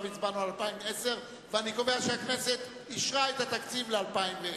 עכשיו הצבענו על 2010. אני קובע שהכנסת אישרה את התקציב ל-2010.